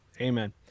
amen